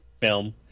film